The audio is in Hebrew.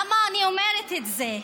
למה אני אומרת את זה?